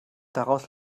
daraus